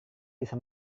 bisa